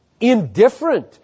indifferent